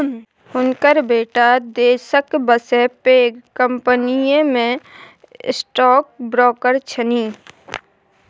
हुनकर बेटा देशक बसे पैघ कंपनीमे स्टॉक ब्रोकर छनि